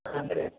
ಅಂದರೆ